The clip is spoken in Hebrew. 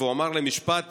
והוא אמר לי משפט